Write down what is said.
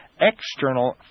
External